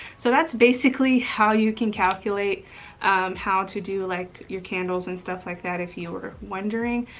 so that's basically how you can calculate how to do like your candles and stuff like that if you were wondering.